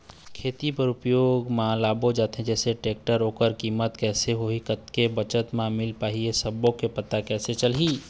खेती बर उपयोग मा लाबो जाथे जैसे टेक्टर ओकर कीमत कैसे होही कतेक बचत मा मिल पाही ये सब्बो के पता कैसे चलही?